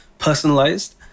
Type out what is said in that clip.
personalized